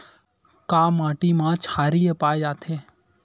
का माटी मा क्षारीय पाए जाथे?